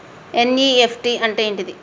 NEFT అంటే ఏంటిది?